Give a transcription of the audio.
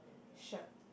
shirt